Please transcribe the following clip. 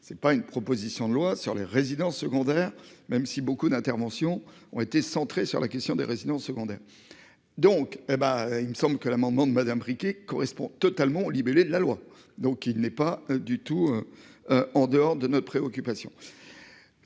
c'est pas une proposition de loi sur les résidences secondaires même si beaucoup d'interventions ont été centré sur la question des résidences secondaires. Donc et ben il me semble que l'amendement de Madame correspond totalement libellé de la loi, donc il n'est pas du tout. En dehors de nos préoccupations.